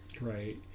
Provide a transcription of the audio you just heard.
right